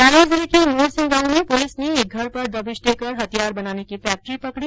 जालौर जिले के मोरसिंह गांव में पुलिस ने एक घर पर दबिश देकर हथियार बनाने की फैक्ट्री पकड़ी